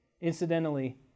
Incidentally